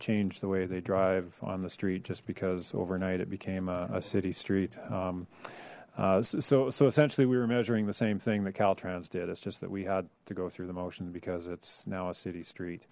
change the way they drive on the street just because overnight it became a city street so essentially we were measuring the same thing that caltrans did it's just that we had to go through the motion because it's now a city street